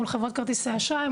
מול חברות כרטיסי האשראי,